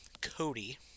Cody